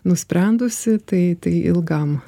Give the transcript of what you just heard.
nusprendusi tai tai ilgam